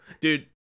Dude